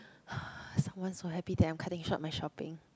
someone so happy that I'm cutting short my shopping